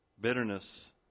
Bitterness